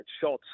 shots